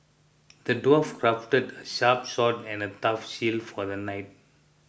the dwarf crafted a sharp sword and a tough shield for the knight